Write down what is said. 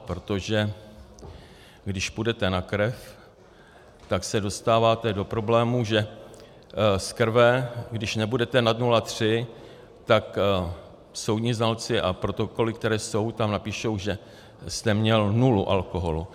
Protože když půjdete na krev, tak se dostáváte do problému, že z krve, když nebudete nad 0,3, tak soudní znalci a protokoly, které jsou, tam napíšou, že jste měl nulu alkoholu.